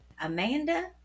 Amanda